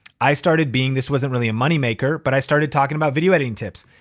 i started being, this wasn't really a moneymaker, but i started talking about video editing tips.